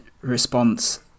response